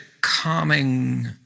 calming